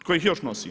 Tko ih još nosi?